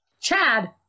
Chad